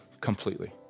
completely